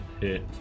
hit